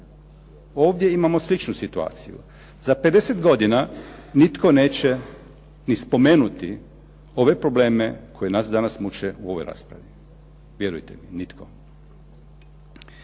Ovdje imamo sličnu situaciju. Za 50 godina nitko neće ni spomenuti ove probleme koje nas danas muče u ovoj raspravi. Vjerujte mi nitko.